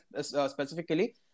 specifically